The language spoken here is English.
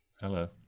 Hello